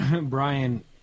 Brian